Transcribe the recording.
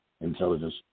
intelligence